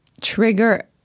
trigger